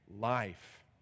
life